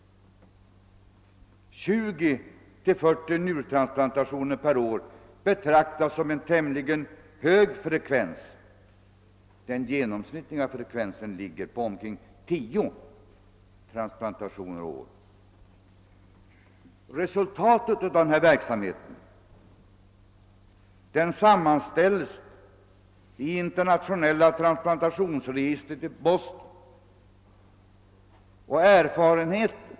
20 —40 njurtransplantationer per år betraktas som en tämligen hög frekvens. Den genomsnittliga frekvensen ligger på omkring 10 transplantationer per år. Resultatet av denna verksamhet sammanställs i internationella transplantationsregistret i Boston.